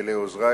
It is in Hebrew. ולעוזרי